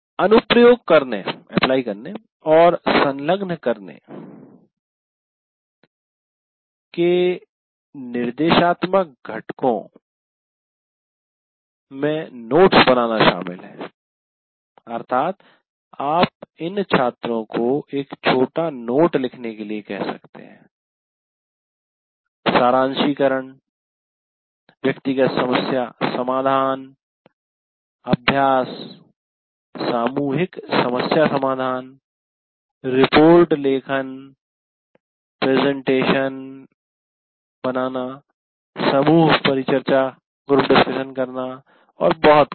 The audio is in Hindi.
अनुप्रयोग करने और संलग्न करने के निर्देशात्मक घटकों में नोट बनाना शामिल है अर्थात आप इन छात्रों को एक छोटा नोट लिखने के लिए कह सकते हैं सारांशिकरण व्यक्तिगत समस्या समाधान अभ्यास सामूहिक समस्या समाधान रिपोर्ट लेखन प्रेजेंटेशन बनाना समूह परिचर्चा और बहुत कुछ